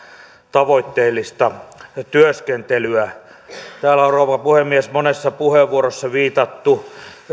tavoitteellista työskentelyä täällä on rouva puhemies monessa puheenvuorossa viitattu